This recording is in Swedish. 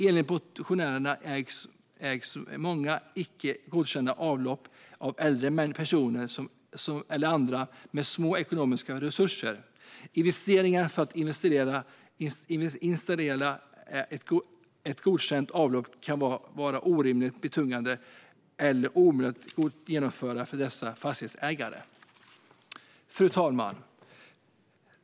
Enligt motionärerna ägs många icke godkända avlopp av äldre personer eller andra med små ekonomiska resurser. Investeringen för att installera ett godkänt avlopp kan vara orimligt betungande eller omöjligt att genomföra för dessa fastighetsägare. Fru talman!